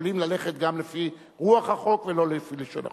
יכולים ללכת גם לפי רוח החוק, ולא לפי לשון החוק.